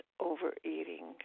overeating